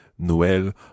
Noël